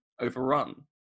overrun